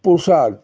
প্রসাদ